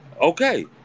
Okay